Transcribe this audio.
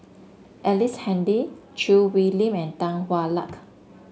Ellice Handy Choo Hwee Lim and Tan Hwa Luck